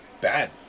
bad